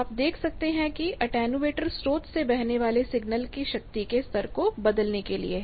आप देख सकते हैं कि एटेन्यूएटर स्रोत से बहने वाले सिग्नल के शक्ति के स्तर को बदलने के लिए है